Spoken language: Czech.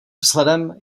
vzhledem